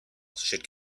should